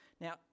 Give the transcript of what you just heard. Now